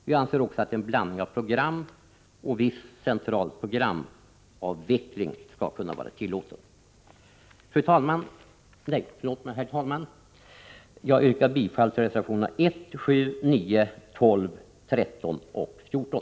Vi anser också att blandning av program och viss central programavveckling skall vara tillåten. Herr talman! Jag yrkar bifall till reservationerna 1, 7, 9, 12, 13 och 14.